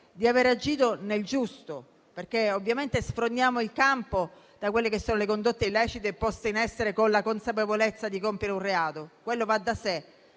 di aver agito sempre nel giusto. Ovviamente, sfrondiamo il campo da quelle che sono le condotte illecite poste in essere con la consapevolezza di compiere un reato. Va da sé